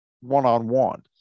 one-on-one